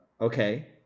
Okay